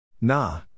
Nah